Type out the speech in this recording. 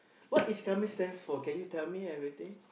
what is come is stands for can you tell me everything